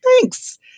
Thanks